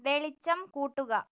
വെളിച്ചം കൂട്ടുക